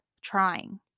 trying